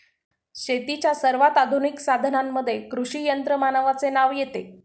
शेतीच्या सर्वात आधुनिक साधनांमध्ये कृषी यंत्रमानवाचे नाव येते